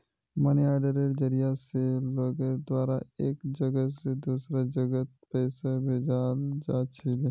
money आर्डरेर जरिया स लोगेर द्वारा एक जगह स दूसरा जगहत पैसा भेजाल जा छिले